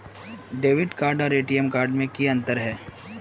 Debit card आर ATM card में की अंतर है?